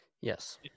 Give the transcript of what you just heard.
Yes